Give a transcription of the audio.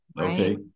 Okay